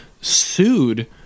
sued